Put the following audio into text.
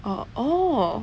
orh orh